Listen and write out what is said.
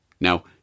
Now